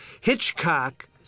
Hitchcock